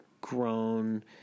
grown